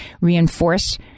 reinforce